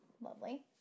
Lovely